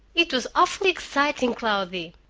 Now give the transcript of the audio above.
it was awfully exciting, cloudy.